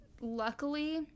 Luckily